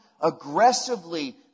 aggressively